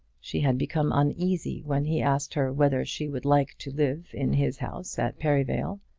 she had become uneasy when he asked her whether she would like to live in his house at perivale.